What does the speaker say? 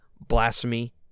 blasphemy